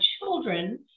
children